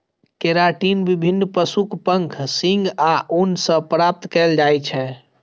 keratin विभिन्न पशुक पंख, सींग आ ऊन सं प्राप्त कैल जाइ छै